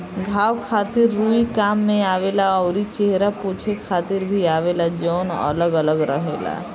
घाव खातिर रुई काम में आवेला अउरी चेहरा पोछे खातिर भी आवेला जवन अलग अलग रहेला